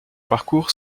parcours